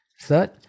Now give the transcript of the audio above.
Third